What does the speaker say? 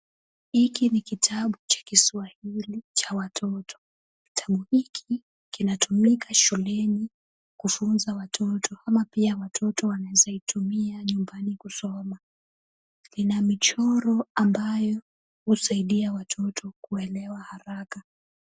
Hiki ni kitabu cha kiswahili cha watoto. Kitabu hiki kinatumika shuleni kufunza watoto ama pia watoto wanaweza itumia nyumbani kusoma. Ina michoro ambayo husaidia watoto kuelewa haraka.